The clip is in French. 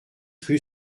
rue